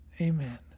Amen